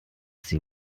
sie